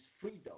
freedom